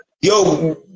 Yo